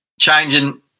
changing